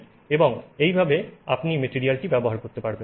এবং এইভাবে আপনি মেটেরিয়াল টি ব্যবহার করতে পারবেন